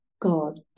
God